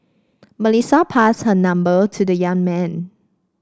Melissa passed her number to the young man